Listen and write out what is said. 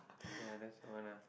ah that's one lah